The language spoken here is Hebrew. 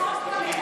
החוק קובע.